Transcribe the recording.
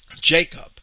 Jacob